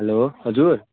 hello हजुर